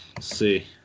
See